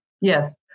Yes